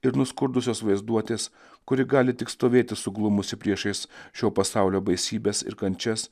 ir nuskurdusios vaizduotės kuri gali tik stovėti suglumusi priešais šio pasaulio baisybes ir kančias